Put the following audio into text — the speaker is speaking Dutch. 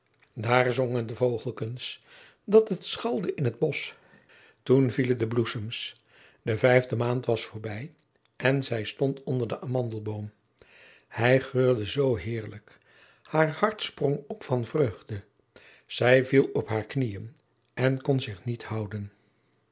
daar zongen de vogelkens dat het schalde in het bosch toen vielen de bloesems de vijfde maand was voorbij en zij stond onder den amandelboom hij geurde zoo heerlijk haar hart sprong op van vreugde zij viel op haar knieën en kon zich niet houden